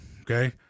okay